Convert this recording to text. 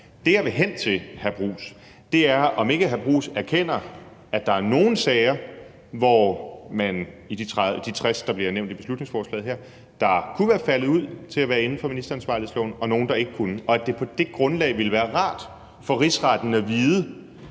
hr. Jeppe Bruus, er, om ikke hr. Jeppe Bruus erkender, at der er nogle sager blandt de 60, som bliver nævnt i beslutningsforslaget her, der kunne være faldet ud til at være indenfor ministeransvarlighedsloven, og at der nogle, der ikke kunne, og at det på det grundlag ville være rart for Rigsretten at vide,